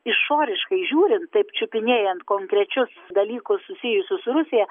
išoriškai žiūrint taip čiupinėjant konkrečius dalykus susijusius su rusija